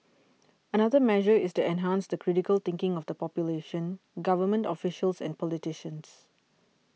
another measure is to enhance the critical thinking of the population government officials and politicians